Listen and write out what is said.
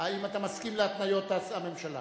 האם אתה מסכים להתניות הממשלה?